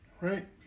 Right